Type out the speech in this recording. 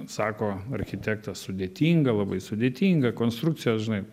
sako architektas sudėtinga labai sudėtinga konstrukcija žinai